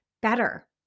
better